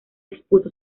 expuso